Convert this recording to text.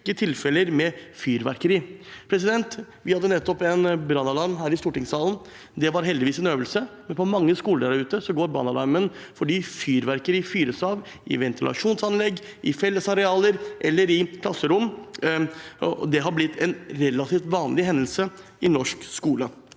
rekke tilfeller med fyrverkeri. Vi hadde nettopp en brannalarm her i stortingssalen. Det var heldigvis en øvelse, men på mange skoler der ute går brannalarmen fordi fyrverkeri fyres av i ventilasjonsanlegg, i fellesarealer eller i klasserom, og det har blitt en relativt vanlig hendelse i norsk skole.